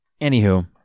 Anywho